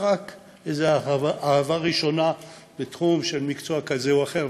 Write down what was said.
אלא רק איזו אהבה ראשונה לתחום של מקצוע כזה או אחר,